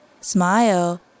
smile